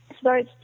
starts